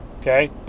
okay